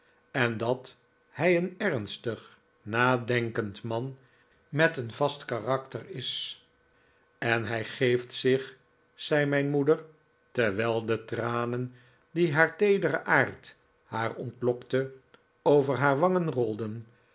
en dat hij een ernstig nadenkend man met een vast karakter is en hij geeft zich zei mijn moeder terwijl de tranen die haar teedere aard haar ontlokte over haar wangen rolden